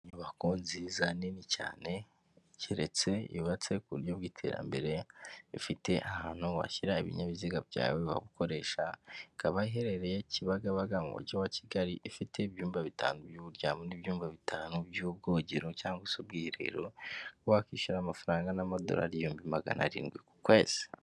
Inyubako nziza nini cyane igeretse, yubatse ku buryo bw'iterambere, ifite ahantu washyira ibinyabiziga byawe waba ukoresha, ikaba iherereye Kibagabaga mu mujyi wa Kigali, ifite ibyumba bitanu by'uburyamo n'ibyumba bitanu by'ubwogero cyangwa se ubwiherero, wakwishyura amafaranga angana n'amadolari ibihumbi magana arindwi ku kwezi.